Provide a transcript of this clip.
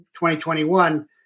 2021